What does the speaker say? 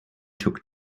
took